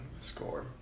score